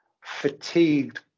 fatigued